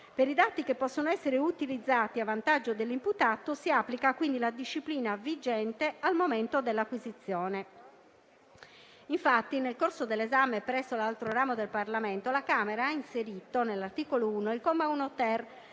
per i dati che possono essere utilizzati a vantaggio dell'imputato si applica la disciplina vigente al momento dell'acquisizione. Infatti, nel corso dell'esame presso l'altro ramo del Parlamento, la Camera ha inserito nell'articolo 1 il comma 1*-ter*